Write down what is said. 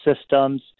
systems